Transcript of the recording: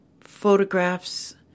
photographs